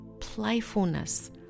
playfulness